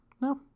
No